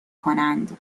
کنند